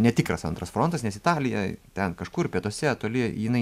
netikras antras frontas nes italija ten kažkur pietuose toli jinai